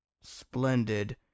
splendid